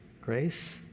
Grace